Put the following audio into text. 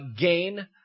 gain